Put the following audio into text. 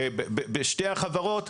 בשתי החברות,